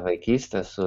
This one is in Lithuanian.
vaikyste su